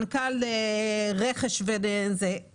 כתבתם "על אף הוראות כל דין בעל היתר אינו רשאי לרכוש פוליסת ביטוח",